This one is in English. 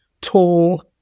tall